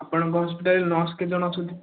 ଆପଣଙ୍କ ହସ୍ପିଟାଲରେ ନର୍ସ କେତେଜଣ ଅଛନ୍ତି